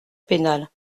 pénal